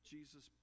Jesus